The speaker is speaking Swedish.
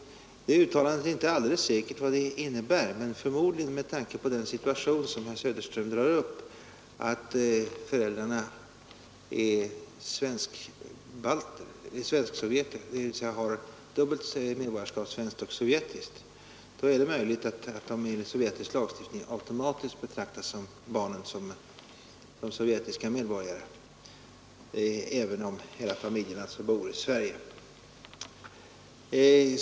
Emellertid är det inte alldeles säkert vad det uttalandet innebär i den situation som herr Söderström tar upp, nämligen att föräldrarna har dubbelt medborgarskap — svenskt och sovjetiskt. Då är det möjligt att barnen enligt sovjetisk lagstiftning automatiskt betraktas som sovjetiska medborgare, även om hela familjen alltså bor i Sverige.